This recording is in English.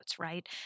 right